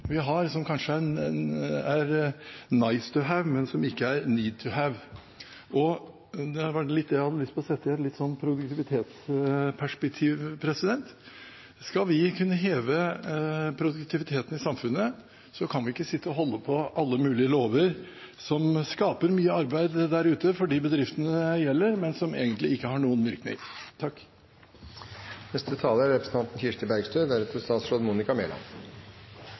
vi har som kanskje er «nice to have», men som ikke er «need to have», så jeg hadde lyst til å sette dette litt i et produktivitetsperspektiv. Skal vi kunne heve produktiviteten i samfunnet, kan vi ikke holde på alle mulige lover som skaper mye arbeid der ute for de bedriftene det gjelder, men som egentlig ikke har noen virkning.